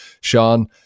sean